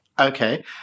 Okay